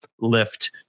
lift